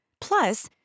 Plus